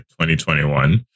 2021